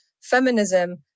feminism